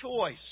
choice